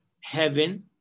heaven